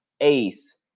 ace